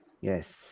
Yes